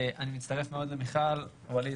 אני מצטרף מאוד למיכל ווליד,